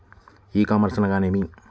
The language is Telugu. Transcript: ఈ కామర్స్ అనగానేమి?